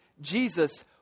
Jesus